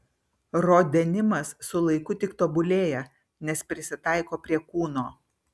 ro denimas su laiku tik tobulėja nes prisitaiko prie kūno